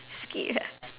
skip ah